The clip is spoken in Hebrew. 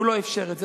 הוא לא אפשר את זה.